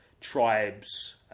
tribes